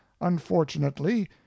unfortunately